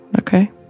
okay